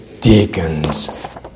deacons